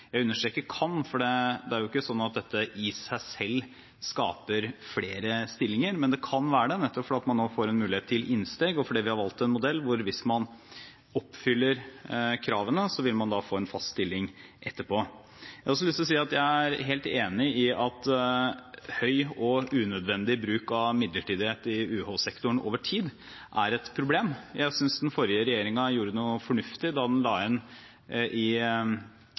Jeg understreker «kan», fordi det er jo ikke sånn at dette i seg selv skaper flere stillinger. Men det kan være det, nettopp fordi man nå får en mulighet til innsteg, og fordi vi har valgt en modell hvor man, hvis man oppfyller kravene, vil få en fast stilling etterpå. Jeg har også lyst til å si at jeg er helt enig i at høy og unødvendig bruk av midlertidighet i UH-sektoren over tid er et problem. Jeg synes den forrige regjeringen gjorde noe fornuftig da den la inn i